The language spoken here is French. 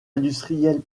industrielle